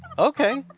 ok.